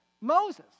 Moses